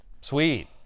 Sweet